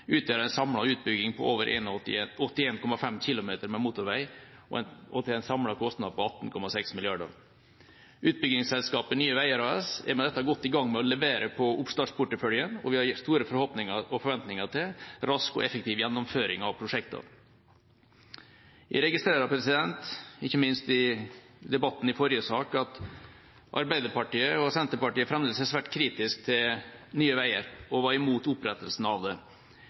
utgjør en samlet utbygging på over 81,5 km med motorvei, til en samlet kostnad på 18,6 mrd. kr. Utbyggingsselskapet Nye Veier AS er med dette godt i gang med å levere på oppstartsporteføljen, og vi har store forhåpninger og forventninger til rask og effektiv gjennomføring av prosjektene. Jeg registrerer, ikke minst fra debatten i forrige sak, at Arbeiderpartiet og Senterpartiet fremdeles er svært kritiske til Nye Veier – og var imot opprettelsen av det.